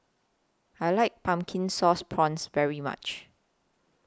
I like Pumpkin Sauce Prawns very much